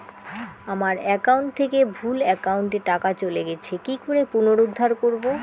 আমার একাউন্ট থেকে ভুল একাউন্টে টাকা চলে গেছে কি করে পুনরুদ্ধার করবো?